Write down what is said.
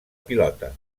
pilota